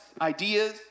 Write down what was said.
ideas